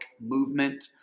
movement